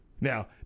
Now